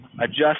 adjust